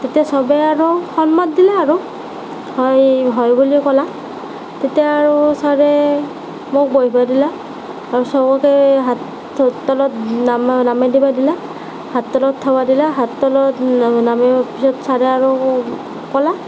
তেতিয়া চবেই আৰু সন্মত দিলে আৰু হয় হয় বুলি ক'লাক তেতিয়া আৰু ছাৰে মোক বহিব দিলাক আৰু চবকে হাত তলত নমাই নমাই দিব দিলাক হাত তলত থ'ব দিলাক হাত তলত নামিব নামিব পিছত ছাৰে আৰু ক'লাক